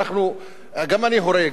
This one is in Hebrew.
גם אני הורה,